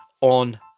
on